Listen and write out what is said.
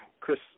Chris